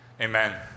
Amen